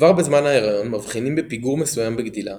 כבר בזמן ההיריון מבחינים בפיגור מסוים בגדילה,